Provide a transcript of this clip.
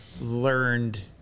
learned